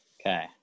Okay